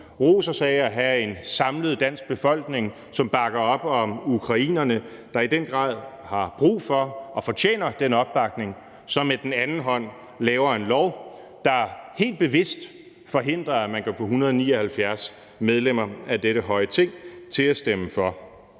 for at have en samlet dansk befolkning bag sig, som bakker op om ukrainerne, der i den grad har brug for og fortjener den opbakning, og på det andet tidspunkt laver en lov, der helt bevidst forhindrer, at man kan få 179 medlemmer af dette høje Ting til at stemme for.